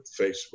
Facebook